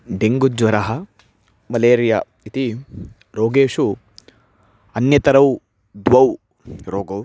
डेङ्गुज्वरः malaria इति रोगेषु अन्यतरौ द्वौ रोगौ